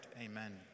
Amen